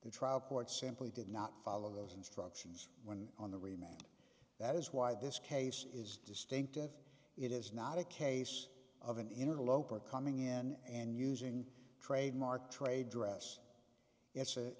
the trial court simply did not follow those instructions when on the remained that is why this case is distinctive it is not a case of an interloper coming in and using trademark trade dress it's a